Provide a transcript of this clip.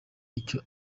icyo